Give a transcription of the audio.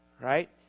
right